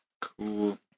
Cool